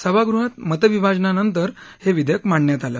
सभागृहात मतविभाजनानंतर विधेयक मांडण्यात आलं